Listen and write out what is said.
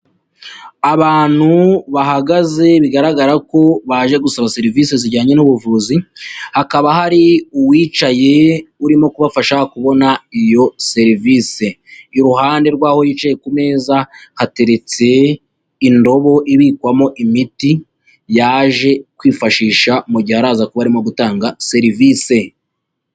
Abantu bahagaze bigaragara ko baje gusaba serivisi zijyanye n'ubuvuzi, hakaba hari uwicaye urimo kubafasha kubona iyo serivise. Iruhande rw'aho yicaye ku meza hateretse indobo ibikwamo imiti, yaje kwifashisha mu gihe araza kuba arimo gutanga serivise.